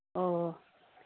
ꯑꯣ